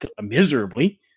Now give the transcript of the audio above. miserably